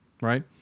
right